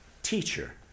Teacher